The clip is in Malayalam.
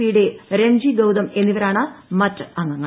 പി യുടെ രംജി ഗൌതം എന്നിവരാണ് മറ്റ് അംഗങ്ങൾ